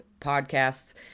podcasts